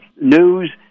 news